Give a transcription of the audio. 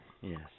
Yes